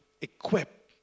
equip